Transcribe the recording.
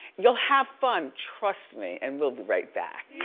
you'll have fun, trust me and we'll be right back.